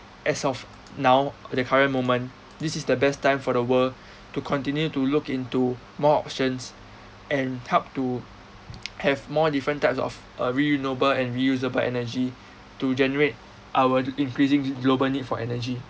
as of now at the current moment this is the best time for the world to continue to look into more options and help to have more different types of uh renewable and reusable energy to generate our increasing global need for energy